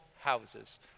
houses